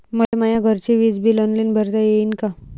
मले माया घरचे विज बिल ऑनलाईन भरता येईन का?